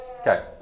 okay